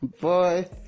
boy